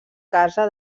casa